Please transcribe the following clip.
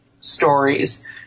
stories